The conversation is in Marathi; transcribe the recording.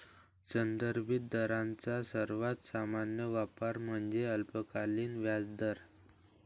संदर्भित दरांचा सर्वात सामान्य वापर म्हणजे अल्पकालीन व्याजदर